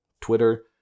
Twitter